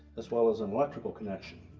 as well as an electrical connection.